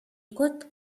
got